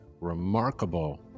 remarkable